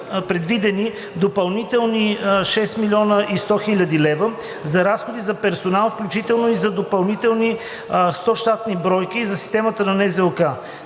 предвидени допълнителни 6 100,0 хил. лв. за разходи за персонал, включително и за допълнителни 100 щатни бройки за системата на НЗОК.